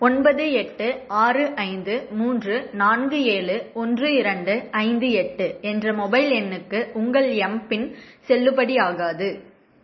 ஒன்பது எட்டு ஆறு ஐந்து மூன்று நான்கு ஏழு ஒன்று இரண்டு ஐந்து எட்டு என்ற மொபைல் எண்ணுக்கு உங்கள் எம்பின் செல்லுபடியாகாது